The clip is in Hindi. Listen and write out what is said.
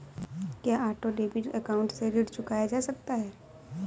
क्या ऑटो डेबिट अकाउंट से ऋण चुकाया जा सकता है?